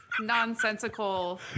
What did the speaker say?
Nonsensical